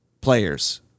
players